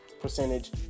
percentage